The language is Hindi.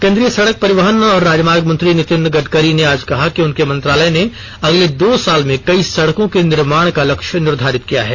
केन्द्रीय सड़क परिवहन और राजमार्ग मंत्री नितिन गडकरी ने आज कहा कि उनके मंत्रालय ने अगले दो साल में कई सडकों के निर्माण का लक्ष्य निर्धारित किया है